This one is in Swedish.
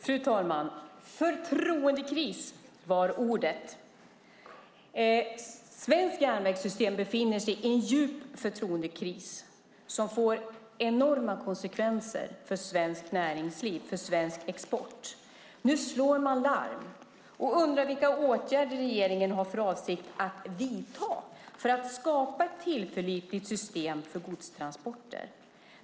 Fru talman! Förtroendekris var ordet! Det svenska järnvägssystemet befinner sig i en djup förtroendekris som får enorma konsekvenser för svenskt näringsliv och svensk export. Nu slår man larm och undrar vilka åtgärder regeringen har för avsikt att vidta för att skapa ett tillförlitligt system för godstransporter.